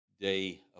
day